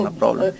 problem